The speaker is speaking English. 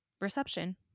reception